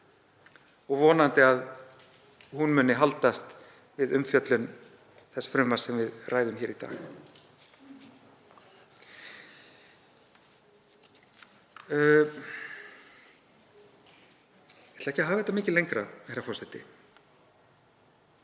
og vonandi að hún muni haldast við umfjöllun þess frumvarps sem við ræðum hér í dag. Ég ætla ekki að hafa þetta mikið lengra, herra forseti,